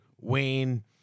Wayne